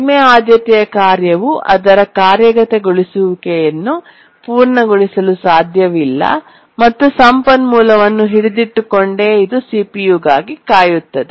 ಕಡಿಮೆ ಆದ್ಯತೆಯ ಕಾರ್ಯವು ಅದರ ಕಾರ್ಯಗತಗೊಳಿಸುವಿಕೆಯನ್ನು ಪೂರ್ಣಗೊಳಿಸಲು ಸಾಧ್ಯವಿಲ್ಲ ಮತ್ತು ಸಂಪನ್ಮೂಲವನ್ನು ಹಿಡಿದಿಟ್ಟುಕೊಂಡೇ ಇದ್ದು ಸಿಪಿಯುಗಾಗಿ ಕಾಯುತ್ತದೆ